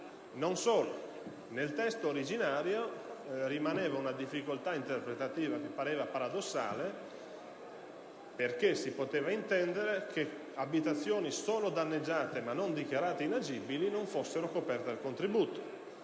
Non solo, nel testo originario rimaneva una difficoltà interpretativa paradossale, perché si poteva intendere che abitazioni solo danneggiate ma non dichiarate inagibili non fossero coperte dal contributo.